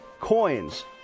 coins